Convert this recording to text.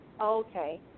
Okay